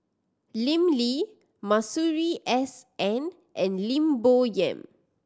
Lim Lee Masuri S N and Lim Bo Yam